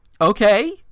okay